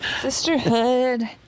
Sisterhood